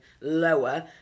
lower